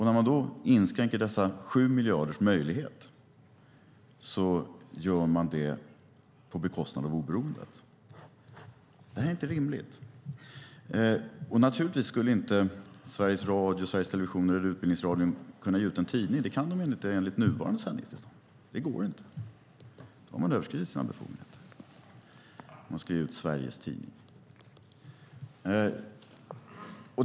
När man då inskränker dessa 7 miljarders möjlighet gör man det på bekostnad av oberoendet. Det här är inte rimligt. Naturligtvis skulle inte Sveriges Radio, Sveriges Television eller Utbildningsradion kunna ge ut en tidning. De kan de inte enligt nuvarande sändningstillstånd. Man överskrider sina befogenheter om man skulle ge ut Sveriges Tidning.